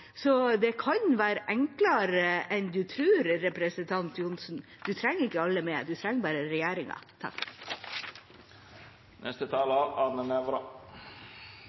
så det kan være enklere enn representanten Johnsen tror. Man trenger ikke å ha alle med, man trenger bare